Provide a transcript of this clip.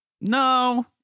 No